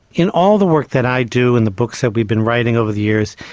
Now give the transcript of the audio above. in all the work that i do and the books that we've been writing over the years,